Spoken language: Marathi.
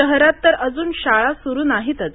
शहरात तर अजून शाळा सुरू नाहीतच